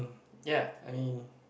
ya I mean